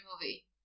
movie